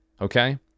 okay